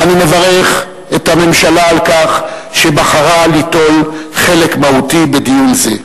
ואני מברך את הממשלה על כך שבחרה ליטול חלק מהותי בדיון זה.